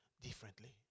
differently